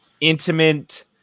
intimate